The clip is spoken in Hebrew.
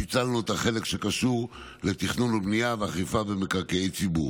פיצלנו את החלק שקשור לתכנון ובנייה ואכיפה במקרקעי ציבור.